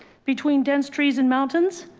between dense trees and mountains.